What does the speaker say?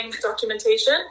documentation